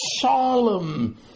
solemn